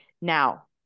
Now